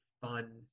fun